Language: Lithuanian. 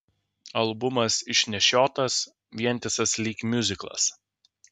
albumas išnešiotas vientisas lyg miuziklas